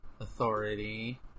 Authority